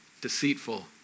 deceitful